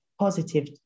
Positive